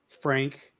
Frank –